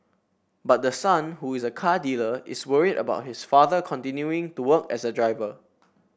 but the son who is a car dealer is worried about his father continuing to work as a driver